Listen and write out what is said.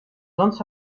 sonst